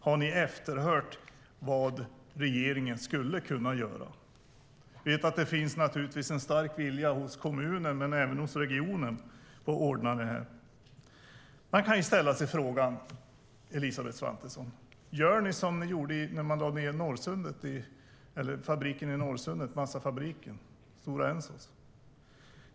Har ni efterhört vad regeringen skulle kunna göra? Jag vet att det naturligtvis finns en stark vilja hos kommunen men även hos regionen att ordna det här. Man kan ställa sig frågan, Elisabeth Svantesson: Gör ni som ni gjorde när Stora Ensos massafabrik i Norrsundet lades ned?